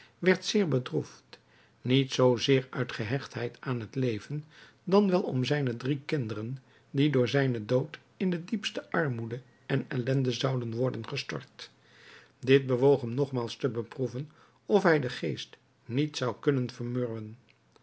werd zeer bedroefd niet zoo zeer uit gehechtheid aan het leven dan wel om zijne drie kinderen die door zijnen dood in de diepste armoede en ellenden zouden worden gestort dit bewoog hem nogmaals te beproeven of hij den geest niet zou kunnen vermurwen